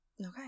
Okay